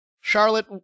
Charlotte